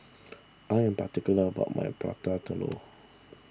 I am particular about my Prata Telur